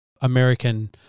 American